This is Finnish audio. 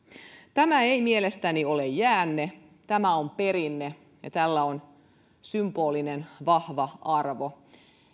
tämä ei mielestäni ole jäänne tämä on perinne ja tällä on vahva symbolinen arvo